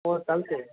हो चालते